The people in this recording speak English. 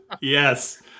Yes